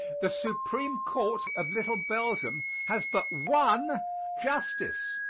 the supreme court of little belgium has but one justice.